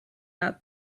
out